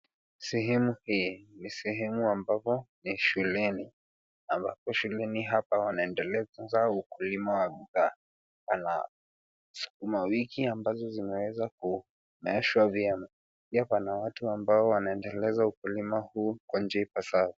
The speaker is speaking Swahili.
Sehemu hii ni sehemu ambapo ni shuleni ambapo shuleni hapa wanaendeleza ukulima wa bidhaa la sukuma wiki ambazo zinaweza kumeeshwa vyema. Pia pana watu ambao wanaendeleza ukulima huu kwa njia ipasavyo.